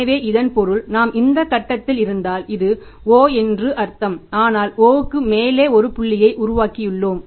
எனவே இதன் பொருள் நாம் இந்த கட்டத்தில் இருந்தால் இது o என்று அர்த்தம் ஆனால் o க்கு மேலே ஒரு புள்ளியை உருவாக்கியுள்ளோம்